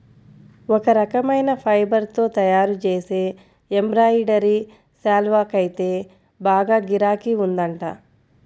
ఒక రకమైన ఫైబర్ తో తయ్యారుజేసే ఎంబ్రాయిడరీ శాల్వాకైతే బాగా గిరాకీ ఉందంట